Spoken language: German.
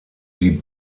die